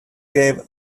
gave